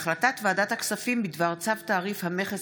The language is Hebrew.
החלטת ועדת הכספים בדבר צו תעריף המכס